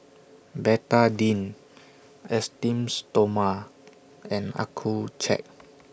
Betadine Esteem Stoma and Accucheck